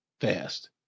fast